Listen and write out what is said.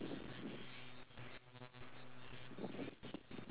not saying that I'm not as comfortable but